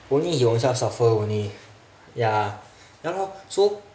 only he own self suffer only ya ya lor so